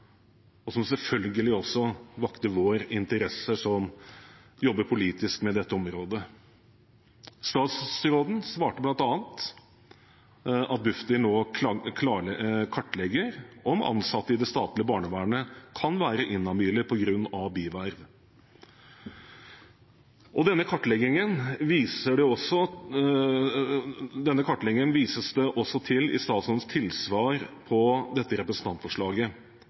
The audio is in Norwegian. og som selvfølgelig også vakte vår interesse, som jobber politisk med dette området. Statsråden svarte bl.a. at Bufdir nå kartlegger om ansatte i det statlige barnevernet kan være inhabile på grunn av biverv. Denne kartleggingen vises det også til i statsrådens tilsvar på dette representantforslaget.